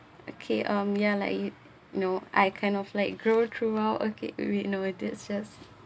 okay um yeah like you know I kind of like grow throughout okay wait no it is just